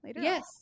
Yes